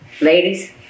Ladies